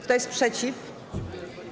Kto jest przeciw?